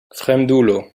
fremdulo